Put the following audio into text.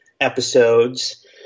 episodes